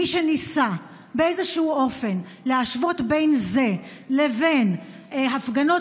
מי שניסה באיזשהו אופן להשוות בין זה לבין הפגנות